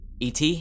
ET